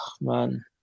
man